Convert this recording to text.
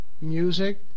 music